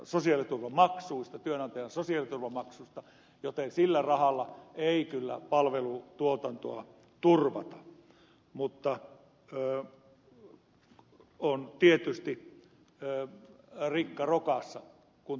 sosiaaliturvamaksuista työnantajan sosiaaliturvamaksuista joten sillä rahalla ei kyllä palvelutuotantoa turvata mutta se on tietysti rikka rokassa kuntapuolella